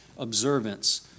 Observance